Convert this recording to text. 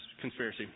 Conspiracy